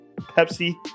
Pepsi